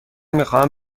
میخواهم